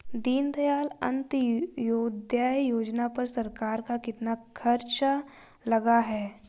दीनदयाल अंत्योदय योजना पर सरकार का कितना खर्चा लगा है?